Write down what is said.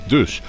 Dus